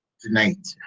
tonight